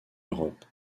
europe